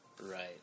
Right